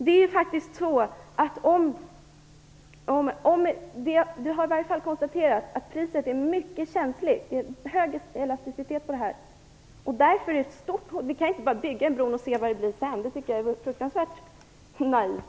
Det har i alla fall konstaterats att priset är mycket känsligt och har hög elasticitet. Ni kan ju inte bara bygga bron för att se vad som händer sedan. Det vore fruktansvärt naivt.